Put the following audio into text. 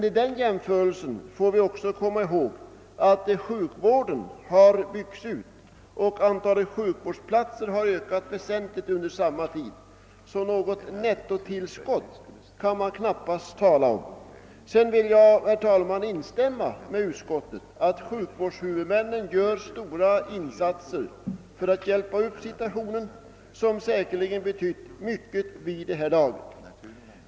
Vid den jämförelsen måste vi också ta hänsyn till att sjukvården har byggts ut och att antalet sjukvårdsplatser har ökat väsentligt under samma tid, varför det <nappast blir tal om något nettotillskott. Jag vill, herr talman, instämma med utskottet om att sjukvårdshuvudmännen gör stora insatser för att hjälpa upp situationen, något som säkerligen betytt mycket.